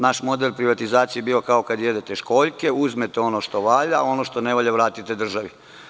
Naš model privatizacije je bio kao kada jedete školjke, uzmete ono što valja, a ono što ne valja vratite državi.